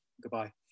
goodbye